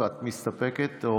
את מסתפקת או,